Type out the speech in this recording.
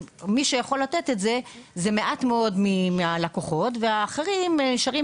מי שיכול לתת את זה - אלה מעט מאוד מהלקוחות ואחרים נשארים